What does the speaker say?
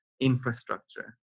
infrastructure